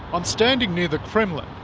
i'm standing near the kremlin.